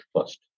first